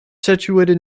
situated